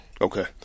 Okay